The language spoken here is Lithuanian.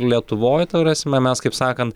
lietuvoj rasime mes kaip sakant